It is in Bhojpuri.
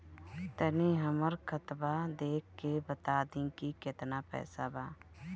तनी हमर खतबा देख के बता दी की केतना पैसा बा?